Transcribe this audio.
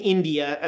India